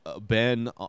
Ben